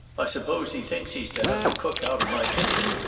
i suppose he thinks he's to have the cook out of my kitchen?